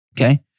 Okay